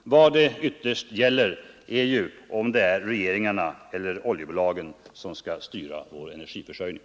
Vad det ytterst gäller är ju om det är regeringarna eller oljebolagen som skall styra vår energiförsörjning.